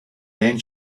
then